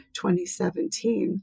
2017